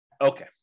Okay